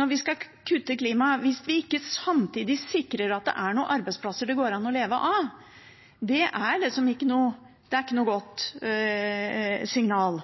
når vi skal kutte i klimagassutslippene, hvis vi ikke samtidig sikrer at det er noen arbeidsplasser det går an å leve av. Det er ikke noe godt signal,